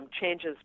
changes